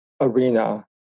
arena